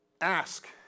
Ask